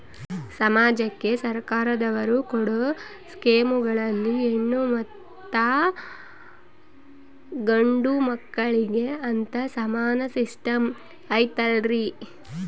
ಸಮಾಜಕ್ಕೆ ಸರ್ಕಾರದವರು ಕೊಡೊ ಸ್ಕೇಮುಗಳಲ್ಲಿ ಹೆಣ್ಣು ಮತ್ತಾ ಗಂಡು ಮಕ್ಕಳಿಗೆ ಅಂತಾ ಸಮಾನ ಸಿಸ್ಟಮ್ ಐತಲ್ರಿ?